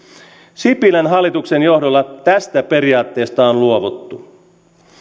sipilän hallituksen johdolla tästä periaatteesta on on luovuttu